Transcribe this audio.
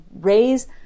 raise